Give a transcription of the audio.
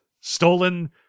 stolen